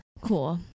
Cool